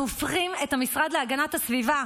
אנחנו הופכים את המשרד להגנת הסביבה,